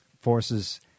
forces